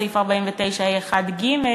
בסעיף 49(ה)(1)(ג),